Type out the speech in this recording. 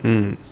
mm